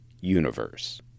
universe